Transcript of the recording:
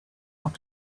want